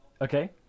Okay